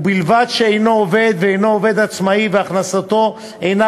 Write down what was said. ובלבד שאינו עובד ואינו עובד עצמאי והכנסתו אינה